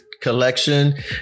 collection